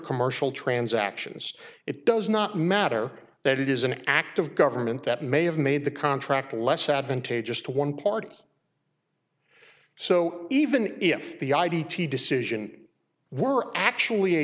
commercial transactions it does not matter that it is an act of government that may have made the contract less advantageous to one party so even if the id t decision were actually